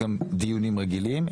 דיונים רגילים,